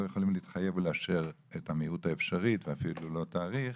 יכולים להתחייב לאשר במהירות האפשרית ואפילו לא על תאריך.